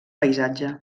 paisatge